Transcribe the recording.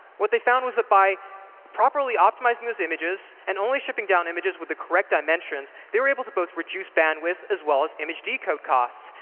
what they found was that by properly optimizing those images, and only stripping down images with the correct dimensions, they were able to both reduce bandwidth as well as image decode costs.